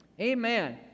Amen